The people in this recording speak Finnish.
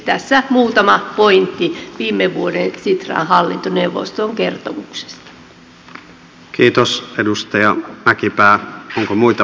tässä muutama pointti sitran hallintoneuvoston viime vuoden kertomuksesta